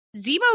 Zemo